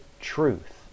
truth